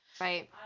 Right